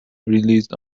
released